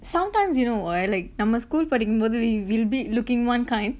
sometimes you know ah like நம்ம:namma school படிக்கும்போது:padikkumpothu we will be looking one kind